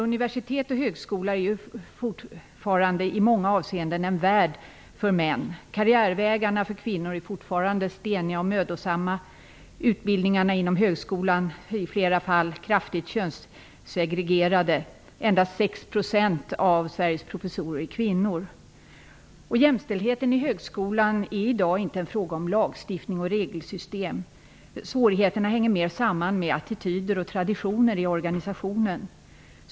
Universitet och högskola är fortfarande i många avseenden en värld för män. Karriärvägarna för kvinnor är fortfarande steniga och mödosamma. Utbildningarna inom högskolan är i flera fall kraftigt könssegregerade. Endast 6 % av Sveriges professorer är kvinnor. Jämställdheten inom högskolan är i dag inte en fråga om lagstiftning och regelsystem. Svårigheterna hänger mera samman med attityder och traditioner i organisationen.